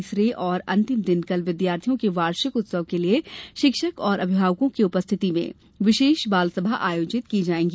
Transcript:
तीसरे और अंतिम दिन कल विद्यालयों के वार्षिक उत्सव के लिये शिक्षक और अभिभावकों के उपस्थिति में विशेष बालसभा आयोजित की जायेगी